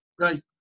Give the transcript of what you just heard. Right